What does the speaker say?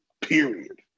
period